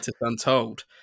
Untold